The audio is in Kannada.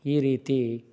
ಈ ರೀತಿ